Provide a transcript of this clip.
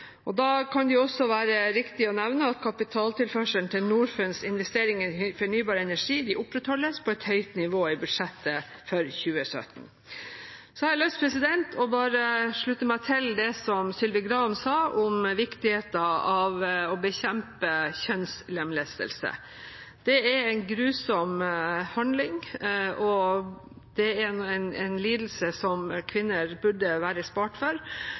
investeringer. Da kan det også være riktig å nevne at kapitaltilførselen til Norfunds investeringer i fornybar energi opprettholdes på et høyt nivå i budsjettet for 2017. Så har jeg lyst til å slutte meg til det som Sylvi Graham sa om viktigheten av å bekjempe kjønnslemlestelse. Det er en grusom handling, og det er en lidelse som kvinner burde være spart for.